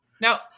Now